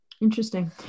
Interesting